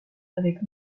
avec